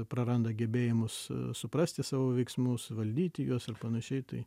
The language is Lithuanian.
praranda gebėjimus suprasti savo veiksmus valdyti juos ir panašiai tai